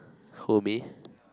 who me